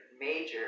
major